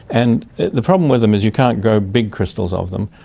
and the problem with them is you can't grow big crystals of them.